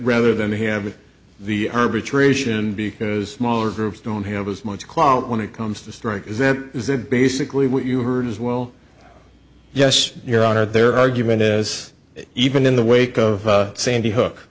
rather than having the arbitration because mauler groups don't have as much clout when it comes to strike as then is it basically what you heard as well yes your honor their argument as even in the wake of sandy hook